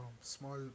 small